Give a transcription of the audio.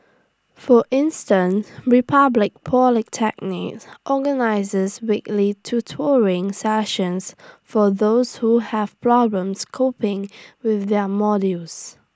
for instance republic polytechnic organises weekly tutoring sessions for those who have problems coping with their modules